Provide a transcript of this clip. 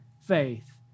faith